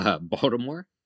Baltimore